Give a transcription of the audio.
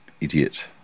idiot